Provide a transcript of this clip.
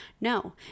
No